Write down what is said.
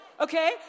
okay